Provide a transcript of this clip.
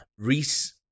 reese